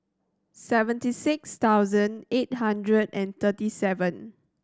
seventy six thousand eight hundred and thirty seven